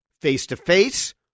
face-to-face